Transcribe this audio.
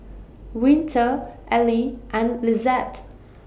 Winter Ally and Lizette